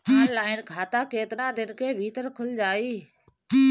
Online खाता केतना दिन के भीतर ख़ुल जाई?